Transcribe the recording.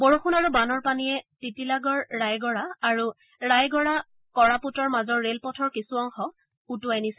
বৰষূণ আৰু বানৰ পানীয়ে তিতিলাগড় ৰায়গড়া আৰু ৰায়গড়া কড়াপুটৰ মাজৰ ৰেলপথৰ কিছু অংশ উটুৱাই নিছে